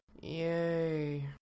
Yay